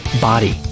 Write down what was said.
body